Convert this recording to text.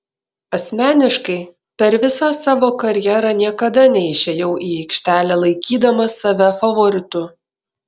asmeniškai per visą savo karjerą niekada neišėjau į aikštelę laikydamas save favoritu